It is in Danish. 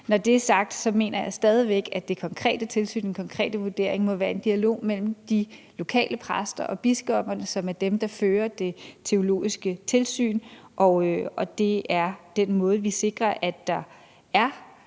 Når det er sagt, mener jeg stadig væk, at det konkrete tilsyn og den konkrete vurdering må bygge på en dialog mellem de lokale præster og biskopperne, som er dem, som fører det teologiske tilsyn. Det er den måde, hvorpå vi sikrer, at der også